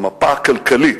במפה הכלכלית,